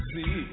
See